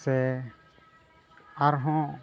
ᱥᱮ ᱟᱨ ᱦᱚᱸ